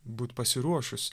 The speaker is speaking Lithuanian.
būt pasiruošus